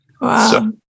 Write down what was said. Wow